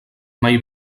mai